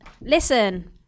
Listen